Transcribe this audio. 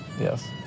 Yes